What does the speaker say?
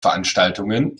veranstaltungen